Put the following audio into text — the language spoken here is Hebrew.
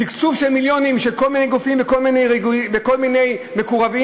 תקצוב במיליונים של כל מיני גופים וכל מיני מקורבים.